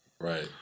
Right